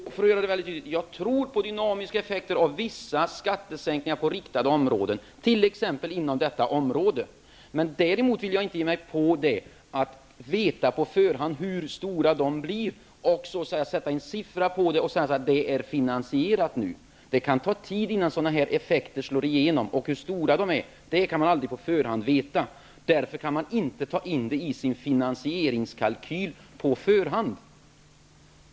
Herr talman! För att göra det väldigt tydligt: Jag tror på dynamiska effekter av riktade skattesänkningar på vissa områden, t.ex. det område som vi talar om. Däremot vill jag inte ge mig på att på förhand tala om hur stora de blir, sätta en siffra på det hela och säga att det är finansierat nu. Det kan ta tid, innan sådana effekter slår igenom. Hur stora de blir kan man aldrig på förhand veta. Därför kan man inte ta in dem i sin finansieringskalkyl på förhand.